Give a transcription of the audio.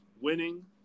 winning